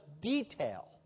detail